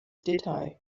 detail